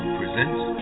presents